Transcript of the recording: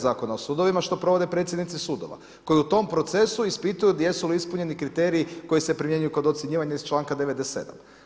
Zakona o sudovima što provode predsjednici sudova koji u tom procesu ispituju jesu li ispunjeni kriteriji koji se primjenjuju kod ocjenjivanja iz članka 97.